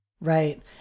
Right